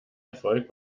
erfolg